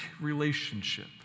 relationship